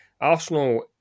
Arsenal